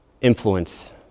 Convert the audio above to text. influence